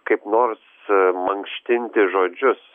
kaip nors mankštinti žodžius